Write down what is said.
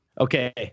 Okay